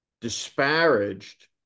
disparaged